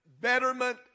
betterment